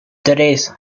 tres